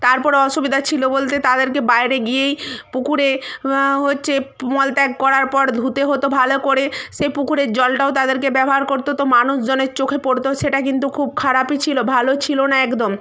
তারপর অসুবিধা ছিলো বলতে তাদেরকে বাইরে গিয়েই পুকুরে হচ্ছে মল ত্যাগ করার পর ধুতে হত ভালো করে সে পুকুরের জলটাও তাদেরকে ব্যবহার করতে হত মানুষজনের চোখে পড়ত সেটা কিন্তু খুব খারাপই ছিলো ভালো ছিলো না একদম